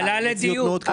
מציאות מאוד קשה,